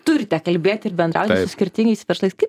turite kalbėti ir bendrauti su skirtingais verslais kaip